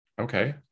Okay